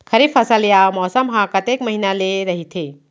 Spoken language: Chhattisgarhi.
खरीफ फसल या मौसम हा कतेक महिना ले रहिथे?